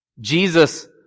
Jesus